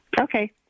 Okay